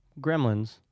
Gremlins